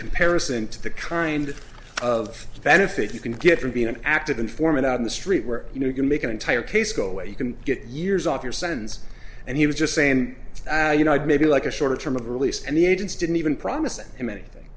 comparison to the kind of benefit you can get from being an active informant on the street where you know you can make an entire case go away you can get years off your sentence and he was just saying you know i'd maybe like a shorter term of release and the agents didn't even promising him anything